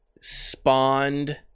spawned